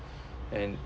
and